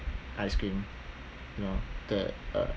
ice cream you know that uh